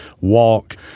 walk